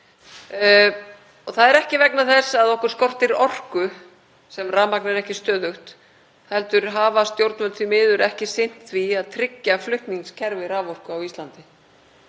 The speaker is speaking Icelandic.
Það er ekki vegna þess að okkur skortir orku sem rafmagnið er ekki stöðugt heldur hafa stjórnvöld því miður ekki sinnt því að tryggja flutningskerfi raforku á Íslandi.